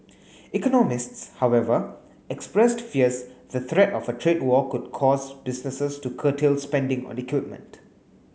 economists however expressed fears the threat of a trade war could cause businesses to curtail spending on equipment